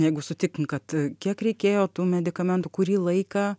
jeigu sutikim kad kiek reikėjo tų medikamentų kurį laiką